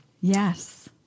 Yes